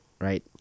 right